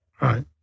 Right